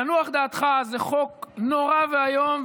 תנוח דעתך, זה חוק נורא ואיום.